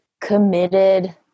committed